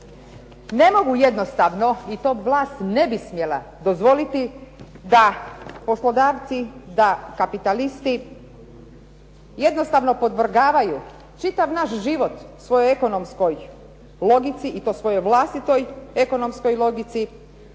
Ne mogu jednostavno, i to vlast ne bi smjela dozvoliti da poslodavci da kapitalisti, jednostavno podvrgavaju čitav naš život svojoj ekonomskoj logici, i to vlastitoj ekonomskoj logici